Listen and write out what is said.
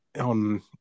on